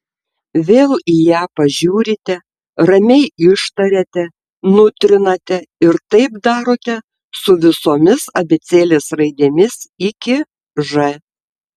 vėl į ją pažiūrite ramiai ištariate nutrinate ir taip darote su visomis abėcėlės raidėmis iki ž